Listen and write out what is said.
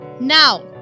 Now